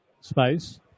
space